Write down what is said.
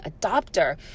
adopter